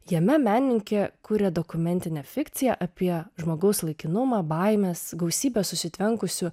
jame menininkė kuria dokumentinę fikciją apie žmogaus laikinumą baimes gausybę susitvenkusių